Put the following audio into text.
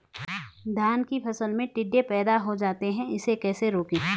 धान की फसल में टिड्डे पैदा हो जाते हैं इसे कैसे रोकें?